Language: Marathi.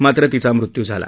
मात्र तिचा मृत्यू झाला